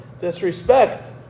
disrespect